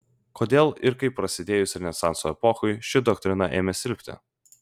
kodėl ir kaip prasidėjus renesanso epochai ši doktrina ėmė silpti